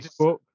Facebook